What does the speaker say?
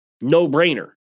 no-brainer